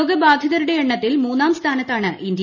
രോഗബാധിതരുടെ എണ്ണത്തിൽ മൂന്നാംസ്ഥാനത്താണ് ഇന്ത്യ